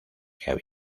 que